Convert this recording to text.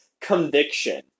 conviction